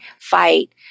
fight